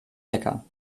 lecker